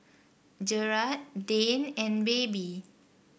Jerad Dane and Baby